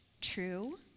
True